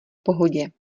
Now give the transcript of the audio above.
pohodě